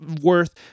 worth